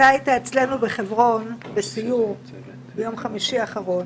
היית אצלנו בחברון בסיור ביום חמישי האחרון.